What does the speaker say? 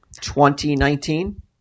2019